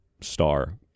star